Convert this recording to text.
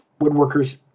woodworkers